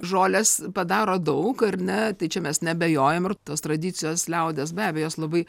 žolės padaro daug ar ne tai čia mes neabejojam ir tos tradicijos liaudies be abejo jos labai